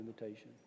invitation